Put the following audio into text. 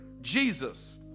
Jesus